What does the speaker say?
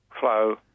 Flow